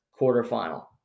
quarterfinal